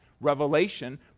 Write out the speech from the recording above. Revelation